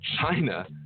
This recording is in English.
China